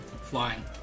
flying